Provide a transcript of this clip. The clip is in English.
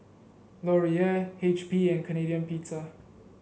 Laurier H P and Canadian Pizza